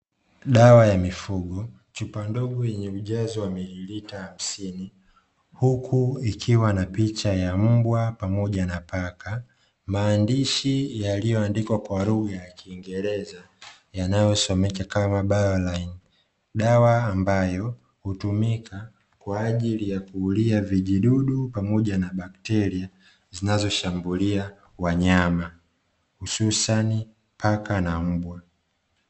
dawa ya ya mifugo, chupa ndogo yenye ujazo wa miilita hamsini, huku ikiwa na picha ya mbwa pamoja na paka, maandishi yaliyoandikwa kwa lugha ya kiingereza, yanayosomeka kama "Bioline". Dawa ambayo hutumika kwa ajili ya kuulia vijidudu pamoja na bakteria zinazoshambulia wanyama hususani paka na mbwa.